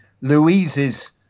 Louise's